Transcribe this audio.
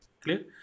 Clear